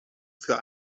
für